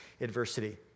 adversity